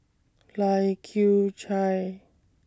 Lai Kew Chai